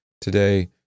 today